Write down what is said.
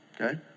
Okay